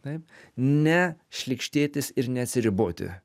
taip ne šlykštėtis ir neatsiriboti